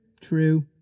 true